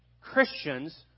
Christians